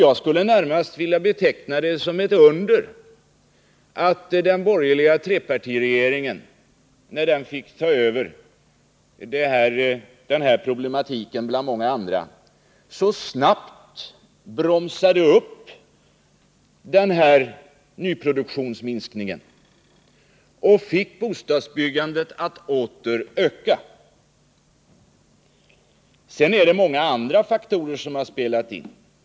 Jag skulle närmast vilja beteckna det som ett under att den borgerliga trepartiregeringen — när den fick ta över den här problematiken bland många andra — så snabbt bromsade upp produktionsminskningen och fick bostadsbyggandet att åter öka. Sedan är det många andra faktorer som spelat in.